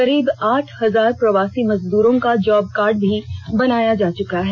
करीब आठ हजार प्रवासी मजदूरों का जॉब कॉर्ड भी बनाया जा चुका है